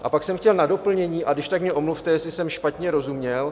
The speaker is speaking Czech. A pak jsem chtěl na doplnění, a když tak mě omluvte, jestli jsem špatně rozuměl.